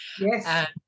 Yes